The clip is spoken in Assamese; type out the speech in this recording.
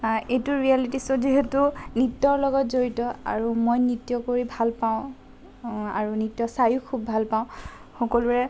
এইটো ৰিয়েলিটি শ্ব' যিহেতু নৃত্যৰ লগত জড়িত আৰু মই নৃত্য কৰি ভাল পাওঁ আৰু নৃত্য চায়ো খুব ভাল পাওঁ সকলোৰে